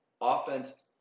Offense